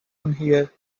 here